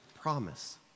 promise